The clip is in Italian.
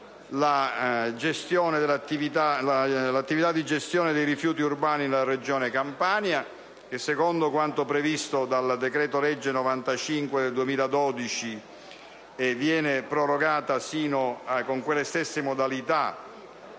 dell'attività di gestione dei rifiuti urbani nella Regione Campania che, secondo quanto previsto dal decreto-legge n. 95, del 6 luglio 2012 viene prorogata con le stesse modalità